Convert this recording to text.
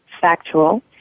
factual